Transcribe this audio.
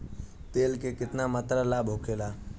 तेल के केतना मात्रा लाभ होखेला?